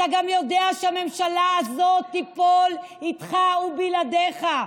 אתה גם יודע שהממשלה הזאת תיפול איתך או בלעדיך,